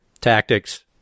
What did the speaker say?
tactics